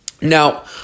Now